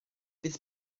bydd